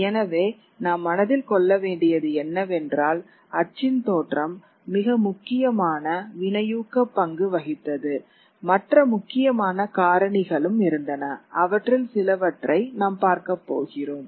எனவே நாம் மனதில் கொள்ள வேண்டியது என்னவென்றால் அச்சின் தோற்றம் மிக முக்கியமான வினையூக்கப் பங்கு வகித்தது மற்ற முக்கியமான காரணிகளும் இருந்தன அவற்றில் சிலவற்றை நாம் பார்க்கப்போகிறோம்